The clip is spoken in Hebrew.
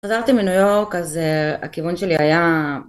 חזרתי מניו יורק אז הכיוון שלי היה